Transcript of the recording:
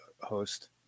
host